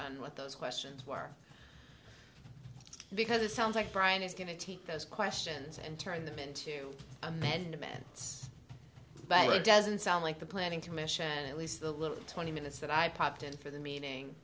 on what those questions are because it sounds like brian is going to take those questions and turn them into amendments but it doesn't sound like the planning commission at least the little twenty minutes that i popped in for the meeting